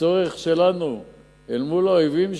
הצורך שלנו אל מול האויבים שלנו.